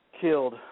Killed